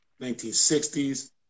1960s